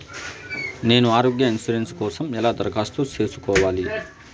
నేను ఆరోగ్య ఇన్సూరెన్సు కోసం ఎలా దరఖాస్తు సేసుకోవాలి